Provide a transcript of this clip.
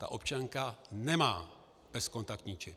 Občanka nemá bezkontaktní čip.